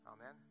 Amen